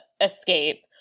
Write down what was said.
escape